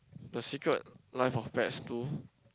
The Secret Life of Pets Two